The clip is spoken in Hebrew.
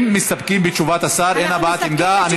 אם מתספקים בתשובת השר אין הבעת עמדה.